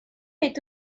est